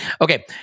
Okay